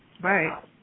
Right